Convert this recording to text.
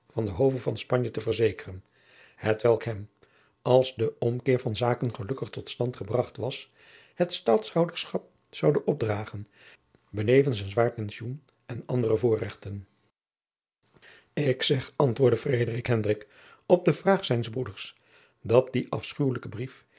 van den hove van spanje te verzekeren hetwelk hem als de omkeer van zaken gelukkig tot stand gebracht was het stadhouderschap zoude opdragen benevens een zwaar pensioen en andere voorrechten ik zeg antwoordde frederik hendrik op de vraag zijns broeders dat die afschuwelijke brief